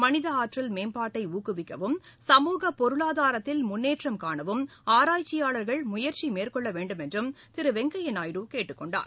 மனித ஆற்றல் மேம்பாட்டை ஊக்குவிக்கவும் சமூக பொருளாதாரத்தில் முன்னேற்றம் காணவும் ஆராய்ச்சியாளர்கள் முயற்சி மேற்கொள்ள வேண்டுமென்றும் திரு வெங்கையா நாயுடு கேட்டுக் கொண்டார்